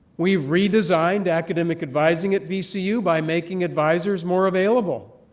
we've redesigned academic advising at vcu by making advisors more available,